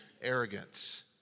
arrogance